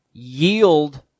yield